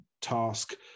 task